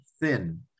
thin